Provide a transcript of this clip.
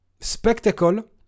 spectacle